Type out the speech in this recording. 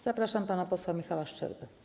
Zapraszam pana posła Michała Szczerbę.